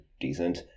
decent